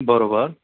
बरोबर